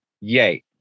Yay